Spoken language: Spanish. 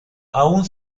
aún